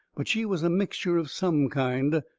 but she was a mixture of some kind.